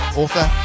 author